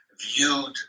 viewed